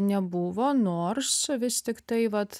nebuvo nors vis tiktai vat